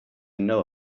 know